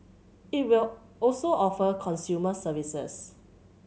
it will also offer consumer services